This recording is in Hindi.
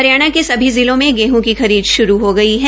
हरियाणा के सभी जिलों में गेहं की खरीद शुरू हो गई है